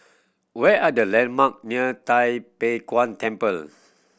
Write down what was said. where are the landmark near Tai Pei Yuen Temple